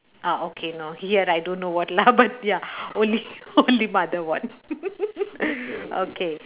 ah okay here I don't know what lah but ya only only mother one okay